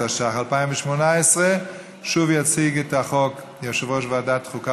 התשע"ח 2018. שוב יציג את החוק יושב-ראש ועדת החוקה,